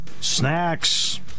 snacks